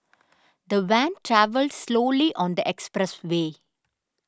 the van travelled slowly on the expressway